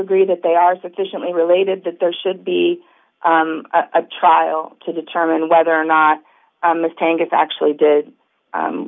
agree that they are sufficiently related that there should be a trial to determine whether or not this tank is actually did